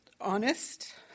honest